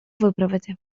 виправити